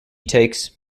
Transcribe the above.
takes